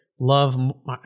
love